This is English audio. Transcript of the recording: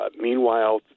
meanwhile